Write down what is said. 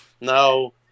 No